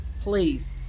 please